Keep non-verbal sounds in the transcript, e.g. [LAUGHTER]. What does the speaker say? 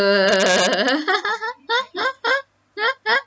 err [LAUGHS]